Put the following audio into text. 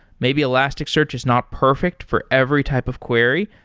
maybe elasticsearch is not perfect for every type of query,